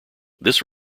this